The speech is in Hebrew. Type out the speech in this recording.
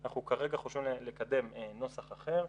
אנחנו כרגע חושבים לקדם נוסח אחר.